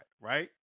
right